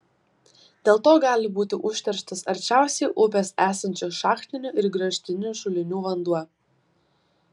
dėl to gali būti užterštas arčiausiai upės esančių šachtinių ir gręžtinių šulinių vanduo